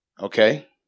Okay